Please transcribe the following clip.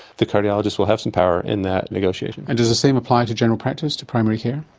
the cardiologist will have some power in that negotiation. and does the same apply to general practice, to primary care?